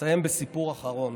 אסיים בסיפור אחרון.